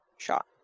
shot